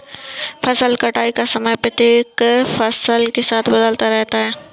फसल कटाई का समय प्रत्येक फसल के साथ बदलता रहता है